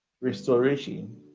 restoration